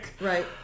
Right